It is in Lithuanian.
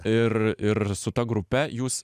ir ir su ta grupe jūs